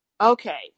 Okay